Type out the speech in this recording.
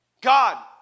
God